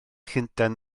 llundain